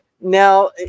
Now